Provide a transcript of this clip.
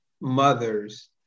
mothers